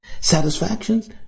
Satisfactions